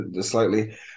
slightly